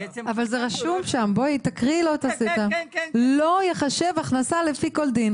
אבל זה רשום שם: לא ייחשב הכנסה לפי כל דין.